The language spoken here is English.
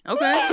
Okay